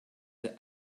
the